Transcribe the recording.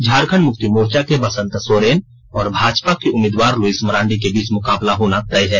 झारखंड मुक्ति मोर्चा के बसंत सोरेन और भाजपा की उम्मीदवार लुईस मरांडी के बीच मुकाबला होना तय है